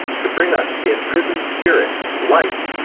to bring us the imprisoned spirit light,